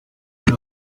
una